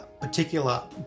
particular